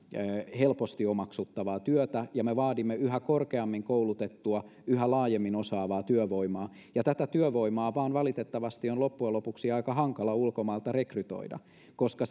helposti omaksuttavaa työtä ja me vaadimme yhä korkeammin koulutettua yhä laajemmin osaavaa työvoimaa ja tätä työvoimaa vain valitettavasti on loppujen lopuksi aika hankala ulkomailta rekrytoida koska